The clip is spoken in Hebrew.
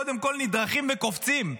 קודם כול נדרכים וקופצים.